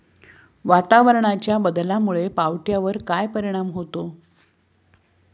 वातावरणाच्या बदलामुळे पावट्यावर काय परिणाम होतो?